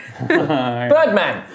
Birdman